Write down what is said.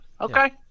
okay